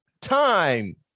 time